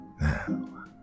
Now